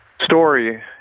Story